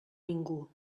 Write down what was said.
ningú